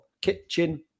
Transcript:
Kitchen